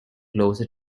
closer